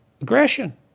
aggression